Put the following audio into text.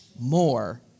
more